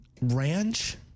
ranch